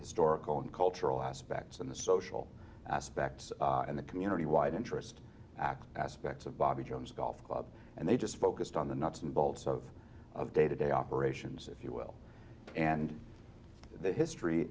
historical and cultural aspects and the social aspects and the community wide interest act aspects of bobby jones golf club and they just focused on the nuts and bolts of of day to day operations if you will and the history